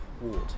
ward